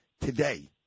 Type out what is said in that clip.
today